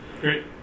Great